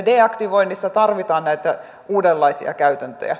deaktivoinnissa tarvitaan uudenlaisia käytäntöjä